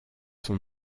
son